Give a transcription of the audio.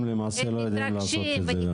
הם למעשה לא יודעים לעשות את זה.